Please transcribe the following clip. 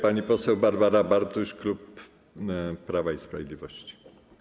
Pani poseł Barbara Bartuś, klub Prawa i Sprawiedliwości.